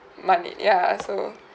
money ya so